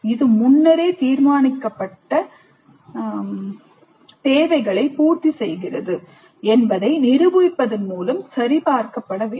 இது முன்னரே தீர்மானிக்கப்பட்ட தேவைகளை பூர்த்தி செய்கிறது என்பதை நிரூபிப்பதன் மூலம் சரிபார்க்கப்பட வேண்டும்